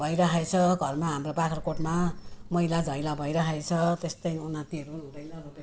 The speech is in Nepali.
भइरहेको छ घरमा हाम्रो बाग्राकोटमा मैलाधैला भइरहेको छ त्यस्तै उन्नतिहरू पनि हुँदैन